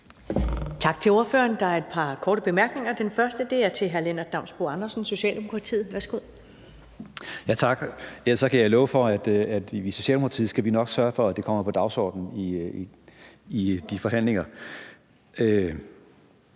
Tak til ordføreren. Der er et par korte bemærkninger, og den første er fra hr. Lennart Damsbo-Andersen, Socialdemokratiet. Værsgo. Kl. 11:45 Lennart Damsbo-Andersen (S): Tak. Ellers kan jeg love for, at i Socialdemokratiet skal vi nok sørge for, at det kommer på dagsordenen i de forhandlinger.